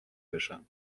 بشم